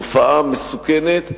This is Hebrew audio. תופעה מסוכנת,